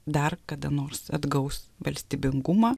dar kada nors atgaus valstybingumą